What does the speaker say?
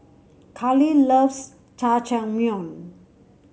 Karli loves Jajangmyeon